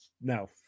No